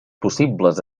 possibles